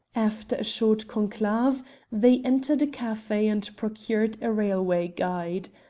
after a short conclave they entered a cafe and procured a railway guide.